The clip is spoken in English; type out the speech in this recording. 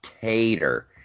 tater